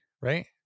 right